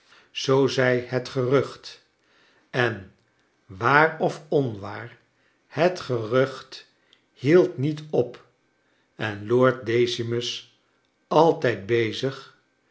zoo zei net g erucht en waar of onwaar het gerucht hield niet op en lord deoimus altijd bezig